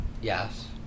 yes